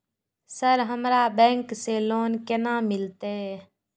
Sir हमरा bank से loan केना मिलते?